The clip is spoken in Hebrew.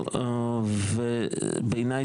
בעיני,